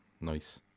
Nice